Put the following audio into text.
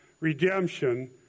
redemption